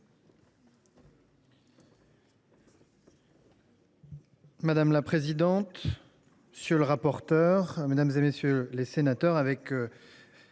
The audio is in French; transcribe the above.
Madame la présidente, monsieur le rapporteur, mesdames, messieurs les sénateurs, avec